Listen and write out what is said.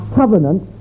covenant